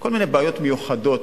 כל מיני בעיות מיוחדות,